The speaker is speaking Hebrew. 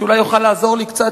שאולי יוכל לעזור לי קצת